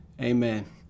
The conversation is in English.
Amen